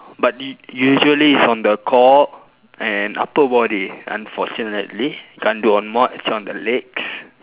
but you usually is on the core and upper body unfortunately can't do on more actual on the legs